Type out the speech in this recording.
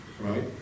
right